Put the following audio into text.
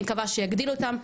אני מקווה שיגדילו אותם,